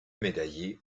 médaillé